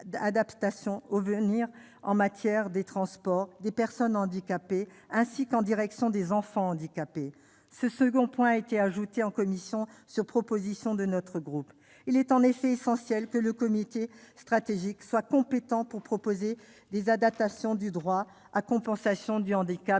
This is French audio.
à venir en matière de transport des personnes handicapées, ainsi qu'en faveur des enfants handicapés. Ce second point a été ajouté en commission sur proposition de notre groupe. Il est en effet essentiel que le comité stratégique soit compétent pour proposer des adaptations du droit à compensation du handicap